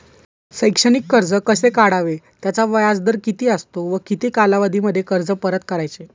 शैक्षणिक कर्ज कसे काढावे? त्याचा व्याजदर किती असतो व किती कालावधीमध्ये कर्ज परत करायचे?